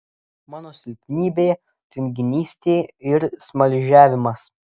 mano silpnybė tinginystė ir smaližiavimas